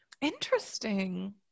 Interesting